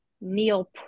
meal